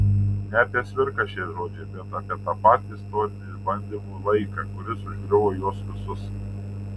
ne apie cvirką šie žodžiai bet apie tą patį istorinių išbandymų laiką kuris užgriuvo juos visus